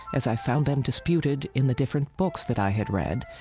as i found them disputed in the different books that i had read,